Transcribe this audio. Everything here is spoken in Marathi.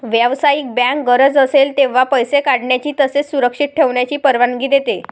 व्यावसायिक बँक गरज असेल तेव्हा पैसे काढण्याची तसेच सुरक्षित ठेवण्याची परवानगी देते